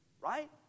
Right